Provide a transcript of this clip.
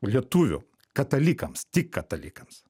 lietuvių katalikams tik katalikams